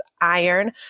iron